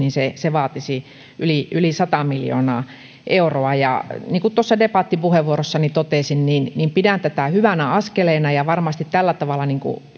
vaatisi yli yli sata miljoonaa euroa niin kuin tuossa debattipuheenvuorossani totesin pidän tätä hyvänä askeleena ja varmasti tällä tavalla